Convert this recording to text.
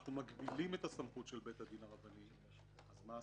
שאנחנו מגבילים את סמכות בית הדין הרבני אז מה עשינו?